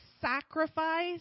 sacrifice